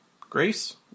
Grace